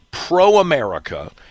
pro-America